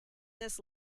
this